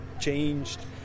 changed